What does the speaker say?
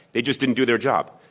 they just didn't do their job.